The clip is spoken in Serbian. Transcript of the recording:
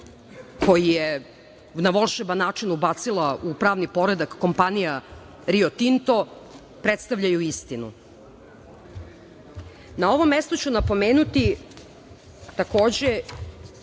koji je na volšeban način ubacila u pravni poredak kompanija Rio Tinto predstavljaju istinu? Na ovom mestu ću napomenuti, takođe,